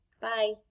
Bye